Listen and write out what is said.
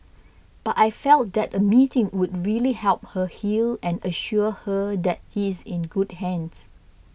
but I felt that a meeting would really help her heal and assure her that he's in good hands